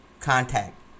contact